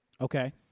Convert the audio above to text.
Okay